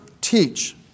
teach